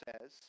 says